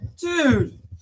Dude